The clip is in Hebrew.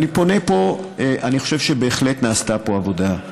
אני חושב שבהחלט נעשתה פה עבודה.